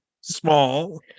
small